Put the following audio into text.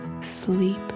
sleep